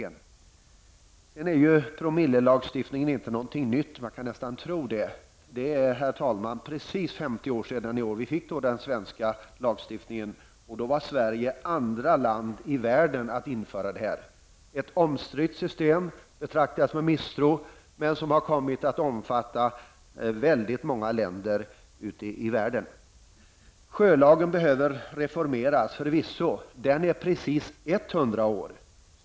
Promillelagstiftningen är ju inte någonting nytt. Man kan nästan tro det. Det är i år, herr talman, precis 50 år sedan vi fick denna svenska lagstiftning, då Sverige som andra land i världen införde detta. Ett omstritt system som betraktats med misstro, men som nu kommit att omfatta många länder ute i världen. Sjölagen behöver förvisso reformeras. Den är precis 100 år.